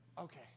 Okay